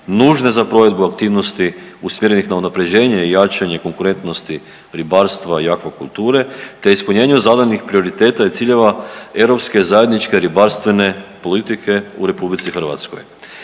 nužne za provedbu aktivnosti usmjerenih na unapređenje i jačanje konkurentnosti ribarstva i akvakulture te ispunjenju zadanih prioriteta i ciljeva europske zajedničke ribarstvene politike u RH.